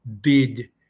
BID